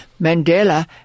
Mandela